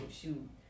shoot